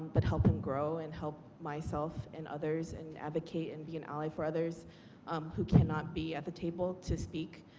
but help him grow and help myself and others and advocate and be an ally for others who cannot be at the table to speak